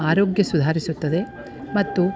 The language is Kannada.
ಆರೋಗ್ಯ ಸುಧಾರಿಸುತ್ತದೆ ಮತ್ತು